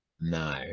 no